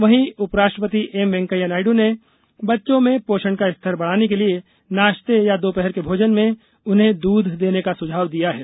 वहीं उपराष्ट्रपति एम वेंकैया नायडू ने बच्चों में पोषण का स्तर बढ़ाने के लिए नाश्ते या दोपहर के भोजन में उन्हें दूध देने का सुझाव दिया है